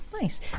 Nice